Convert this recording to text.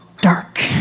dark